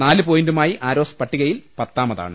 നാല് പോയിന്റുമായി ആരോസ് പട്ടികയിൽ പത്താമതാണ്